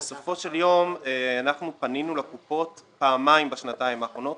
בסופו של יום אנחנו פנינו לקופות פעמיים בשנתיים האחרונות.